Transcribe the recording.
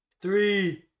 Three